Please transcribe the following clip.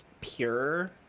pure